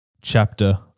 chapter